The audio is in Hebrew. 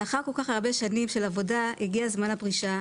לאחר כל כך הרבה שנים של עבודה הגיע זמן הפרישה.